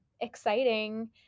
exciting